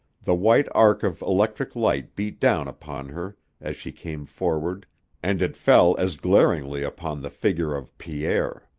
the white arc of electric light beat down upon her as she came forward and it fell as glaringly upon the figure of pierre.